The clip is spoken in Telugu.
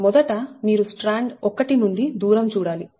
మొదట మీరు స్ట్రాండ్ 1 నుండి దూరం చూడాలి